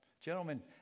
Gentlemen